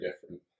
different